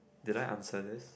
did I answer this